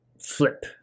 flip